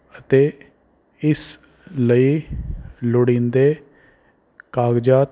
ਅਤੇ ਇਸ ਲਈ ਲੋੜੀਂਦੇ ਕਾਗਜ਼ਾਤ